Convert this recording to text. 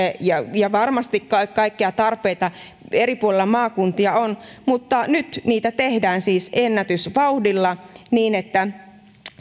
ja ja varmasti kaikkia tarpeita eri puolilla maakuntia on mutta nyt niitä tehdään siis ennätysvauhdilla niin että